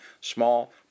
small